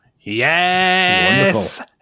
Yes